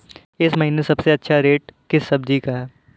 इस महीने सबसे अच्छा रेट किस सब्जी का है?